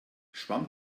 schwamm